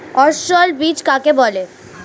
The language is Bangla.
অসস্যল বীজ কাকে বলে?